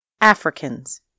Africans